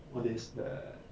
what is the